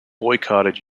boycotted